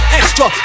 extra